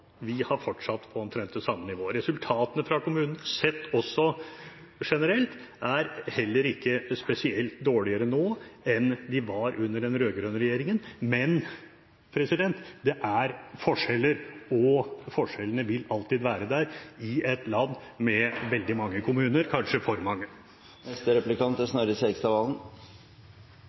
vi har fortsatt på omtrent det samme nivået. Resultatene fra kommunene, sett også generelt, er heller ikke spesielt dårligere nå enn de var under den rød-grønne regjeringen, men det er forskjeller. Og forskjellene vil alltid være der i et land med veldig mange kommuner, kanskje for mange.